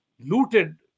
looted